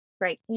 Right